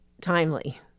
timely